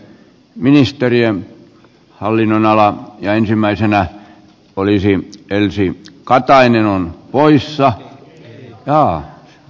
ministeriön hallinnonalaan ja ensimmäisenä olisi elsi katainen on arvoisa puhemies